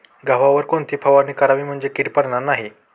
गव्हावर कोणती फवारणी करावी म्हणजे कीड पडणार नाही?